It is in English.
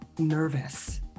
nervous